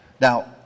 Now